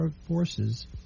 forces